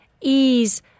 ease